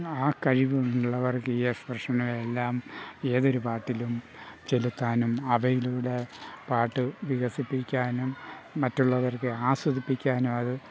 ആ കഴിവുള്ളവർക്ക് ഈ എസ്പ്രഷനും എല്ലാം ഏതൊരു പാട്ടിലും ചെലുത്താനും അവയിലൂടെ പാട്ട് വികസിപ്പിക്കാനും മറ്റുള്ളവർക്ക് ആസ്വദിപ്പിക്കാനും അത്